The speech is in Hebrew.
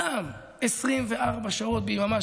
24 שעות ביממה,